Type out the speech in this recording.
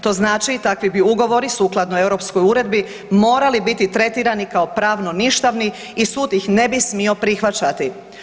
To znači takvi bi ugovori sukladno europskoj uredbi morali biti tretirani kao pravno ništavni i sud ih ne bi smio prihvaćati.